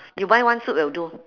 you buy one suit will do